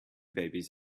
babies